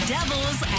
Devils